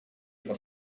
ihre